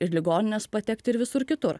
į ligonines patekt ir visur kitur